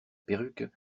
perruque